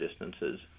distances